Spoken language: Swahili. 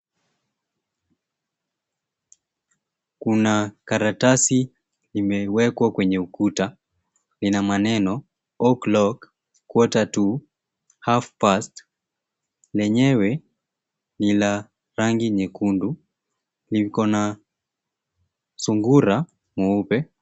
Kuna karatasi imewekwa kwenye ukuta. Ina maneno o'clock , quarter to , half past . Lenyewe ni la rangi nyekundu. Liko na sungura mweupe.